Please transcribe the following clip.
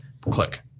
click